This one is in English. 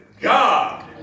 God